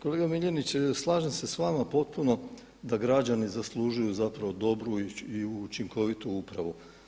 Kolega Miljenić, slažem se s vama potpuno da građani zaslužuju zapravo dobru i učinkovitu upravu.